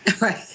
Right